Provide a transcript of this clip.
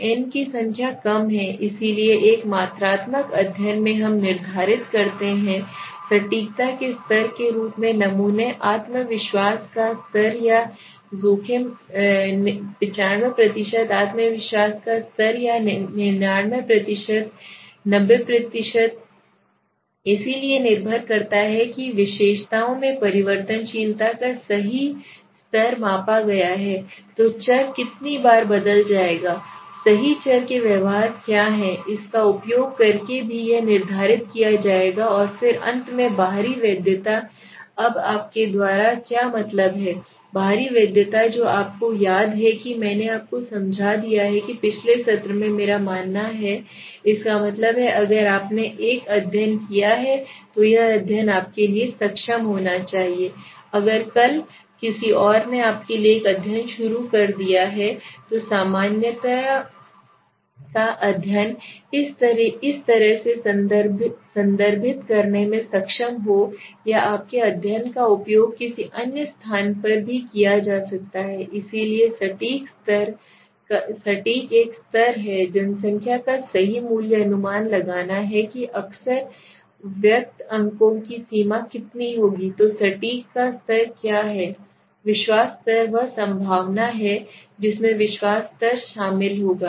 n की संख्या कम है इसलिए एक मात्रात्मक अध्ययन में हम निर्धारित करते हैं सटीकता के स्तर के रूप में नमूने आत्मविश्वास का स्तर या जोखिम 95 आत्मविश्वास का स्तर या 99 90 इसलिए निर्भर करता है कि विशेषताओं में परिवर्तनशीलता का सही स्तर मापा गया है तो चर कितनी बार बदल जाएगा सही चर के व्यवहार क्या है इसका उपयोग करके भी यह निर्धारित किया जाएगा और फिर अंत में बाहरी वैधता अब आपके द्वारा क्या मतलब है बाहरी वैधता जो आपको याद है कि मैंने आपको समझा दिया है कि पिछले सत्र में मेरा मानना है इसका मतलब है कि अगर आपने एक अध्ययन किया है तो यह अध्ययन आपके लिए सक्षम होना चाहिए अगर कल किसी और ने आपके लिए एक अध्ययन शुरू कर दिया है तो सामान्यता का अध्ययन इस तरह से संदर्भित करने में सक्षम हो या आपके अध्ययन का उपयोग किसी अन्य स्थान पर भी किया जा सकता है इसलिए सटीक का स्तर एक है जनसंख्या का सही मूल्य अनुमान लगाना है कि अक्सर व्यक्त अंकों की सीमा कितनी होगी तो सटीक का स्तर क्या है विश्वास स्तर वह संभावना है जिसमें विश्वास स्तर शामिल होगा